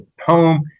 home